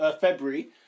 February